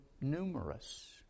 numerous